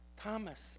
Thomas